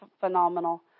phenomenal